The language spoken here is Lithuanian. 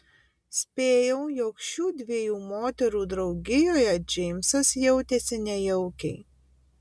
spėjau jog šių dviejų moterų draugijoje džeimsas jautėsi nejaukiai